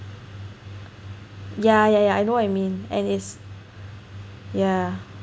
yeah yeah yeah I know what you mean and it's yeah